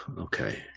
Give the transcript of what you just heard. Okay